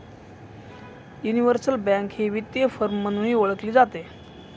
universal bank ही वित्तीय firm म्हणूनही ओळखली जाते